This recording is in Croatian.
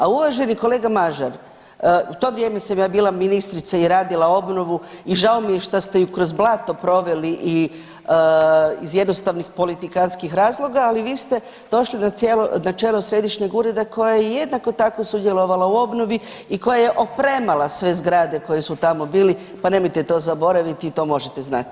A uvaženi kolega Mažar, u to vrijeme sam ja bila ministrica i radila obnovu i žao mi je šta ste ju kroz blato proveli i iz jednostavnih politikantskih razloga, ali vi ste došli na čelo Središnjeg ureda koje je jednako tako sudjelovalo u obnovi i koja je opremala sve zgrade koje su tamo bili pa nemojte to zaboraviti i to možete znati.